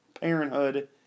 Parenthood